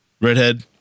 redhead